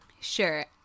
sure